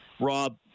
Rob